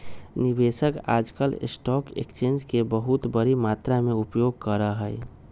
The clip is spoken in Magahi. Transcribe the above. निवेशक आजकल स्टाक एक्स्चेंज के बहुत बडी मात्रा में उपयोग करा हई